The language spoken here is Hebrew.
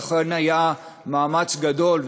ולכן היה מאמץ גדול,